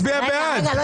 הצבעה לא